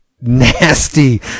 nasty